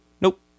nope